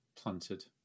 Planted